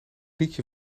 liedje